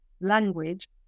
language